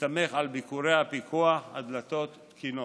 בהסתמך על ביקורי הפיקוח, הדלתות תקינות.